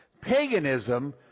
paganism